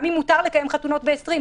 גם אם מותר לקיים חתונות עם 20 אנשים,